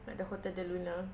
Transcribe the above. like the hotel del luna